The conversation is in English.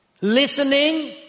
Listening